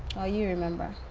you remember!